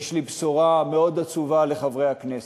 יש לי בשורה מאוד עצובה לחברי הכנסת: